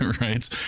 right